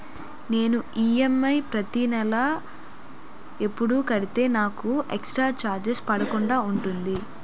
నేను ఈ.ఎమ్.ఐ ప్రతి నెల ఎపుడు కడితే నాకు ఎక్స్ స్త్ర చార్జెస్ పడకుండా ఉంటుంది?